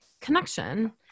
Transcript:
connection